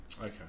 Okay